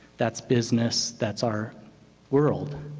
that's business. that's our world.